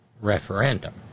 referendum